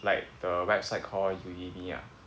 like the website call Udemy ah